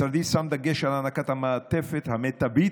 משרדי שם דגש על הענקת המעטפת המיטבית